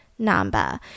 Namba